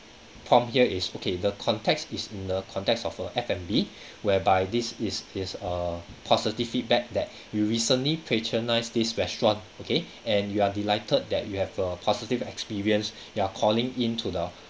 prompt here is okay the context is in the context of a F&B whereby this is is a positive feedback that we recently patronize this restaurant okay and you are delighted that you have a positive experience you are calling in to the